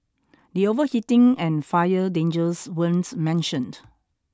the overheating and fire dangers weren't mentioned